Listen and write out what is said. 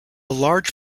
large